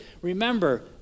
remember